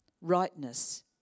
Rightness